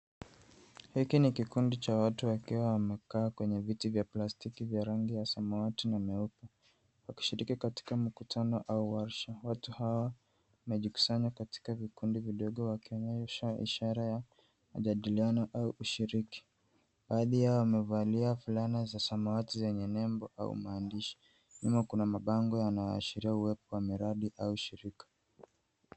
Hiki ni kikundi cha watu wakiwa wamekaa kwenye viti vya plastiki vya rangi ya samawati na nyeupe, wakishiriki katika mkutano au warsha. Watu hawa wamejikusanya katika vikundi vidogo wakionyesha sherehe ya kujadiliana au ushiriki. Baadhi yao wamevalia fulana za samawati zenye nembo au maandishi. Nyuma kuna mabango yanayoashiria uwepo wa miradi au shirika.